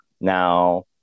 Now